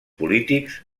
polítics